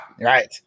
Right